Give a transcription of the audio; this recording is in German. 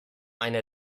einer